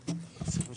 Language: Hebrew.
נכון, נעים מאוד.